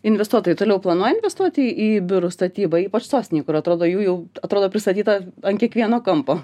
investuotojai toliau planuoja investuoti į biurų statybą ypač sostinėj kur atrodo jų jau atrodo pristatyta ant kiekvieno kampo